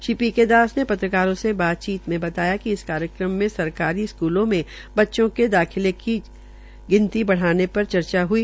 Shri P K Das ने पत्रकारों से बातचीत में बताया कि इस कार्यक्रम में सरकारी स्कूलो में बच्चों के दाखिले की गिनती बढ़ाने पर चर्चा हई